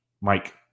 Mike